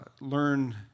learn